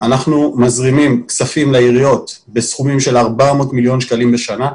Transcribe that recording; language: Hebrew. אנחנו מזרימים כספים לעיריות בסכומים של 400 מיליון שקלים בשנה,